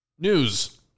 News